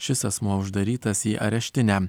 šis asmuo uždarytas į areštinę